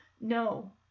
No